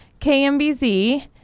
KMBZ